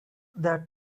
that